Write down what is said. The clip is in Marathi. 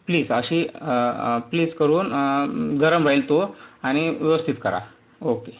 प्लीज अशी प्लीज करून गरम राहील तो आणि व्यवस्थित करा ओके